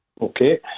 Okay